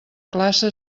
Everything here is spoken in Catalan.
classe